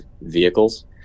vehicles